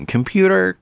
Computer